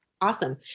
Awesome